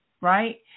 right